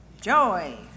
Joy